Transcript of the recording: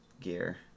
gear